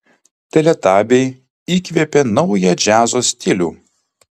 teletabiai įkvėpė naują džiazo stilių